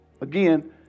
again